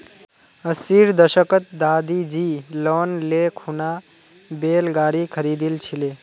अस्सीर दशकत दादीजी लोन ले खूना बैल गाड़ी खरीदिल छिले